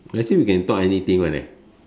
actually we can talk anything one leh